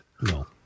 No